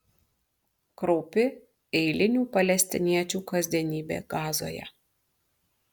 kraupi eilinių palestiniečių kasdienybė gazoje